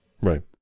Right